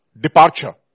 Departure